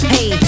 Hey